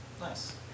Nice